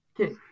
Okay